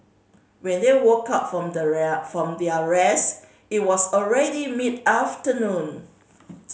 when they woke up from the where from their rest it was already mid afternoon